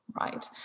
right